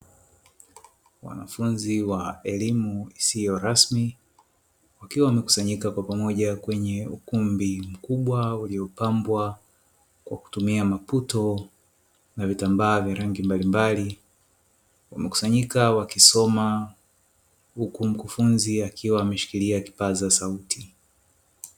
Wanafunzi wa elimu isiyo rasmi wakiwa wamekusanyika kwa pamoja kwenye ukumbi mkubwa uliopambwa kwa kutumia maputo na vitambaa vya rangi mbalimbali, wamekusanyika wakisoma huku mkufunzi akiwa ameshikilia kipaza sauti.